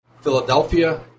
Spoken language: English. Philadelphia